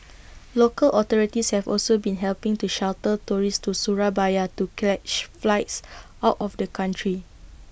local authorities have also been helping to shuttle tourists to Surabaya to catch flights out of the country